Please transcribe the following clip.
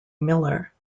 miller